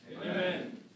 Amen